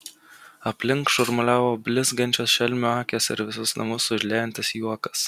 aplink šurmuliavo blizgančios šelmių akys ir visus namus užliejantis juokas